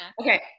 Okay